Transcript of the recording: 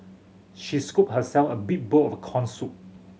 she scooped herself a big bowl of corn soup